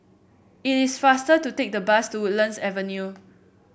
it is faster to take the bus to Woodlands Avenue